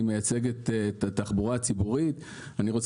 אני מייצג את התחבורה הציבורית נמצאים פה גם חברי מהלאומית,